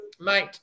mate